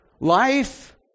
Life